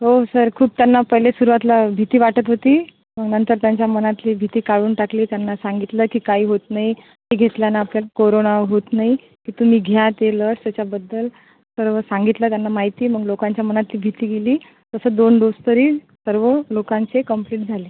हो सर खूप त्यांना पहिले सुरुवातीला भीती वाटत होती नंतर त्यांच्या मनातली भीती काढून टाकली त्यांना सांगितलं की काही होत नाही हे घेतल्यानं आपल्याला कोरोना होत नाही ती तुम्ही घ्या ते लस त्याच्याबद्दल सर्व सांगितलं त्यांना माहिती मग लोकांच्या मनातली भीती गेली तसं दोन डोस तरी सर्व लोकांचे कंप्लीट झाले